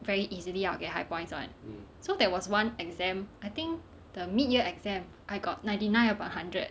very easily I'll get high points [one] so there was one exam I think the mid year exam I got ninety nine upon hundred